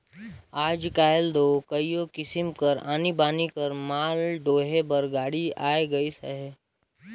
आएज काएल दो कइयो किसिम कर आनी बानी कर माल डोहे बर गाड़ी आए गइस अहे